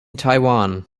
taiwan